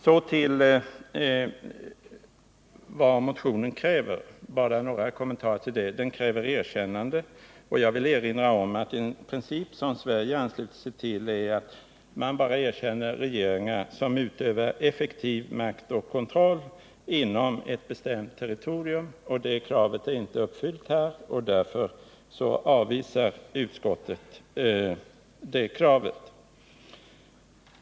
Så bara några kommentarer till motionärernas krav. I motionen 1016 krävs erkännande av Demokratiska republiken Östra Timor. Jag vill då erinra om att en princip som Sverige ansluter sig till är att man bara erkänner regeringar som utövar effektiv makt och kontroll inom ett bestämt territorium. Det kravet är här inte uppfyllt, och därför avvisar utskottet förslaget.